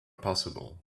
possible